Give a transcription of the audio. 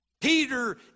Peter